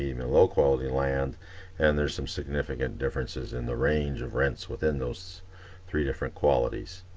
you know low quality land and there's some significant differences in the range of rents within those three different qualities.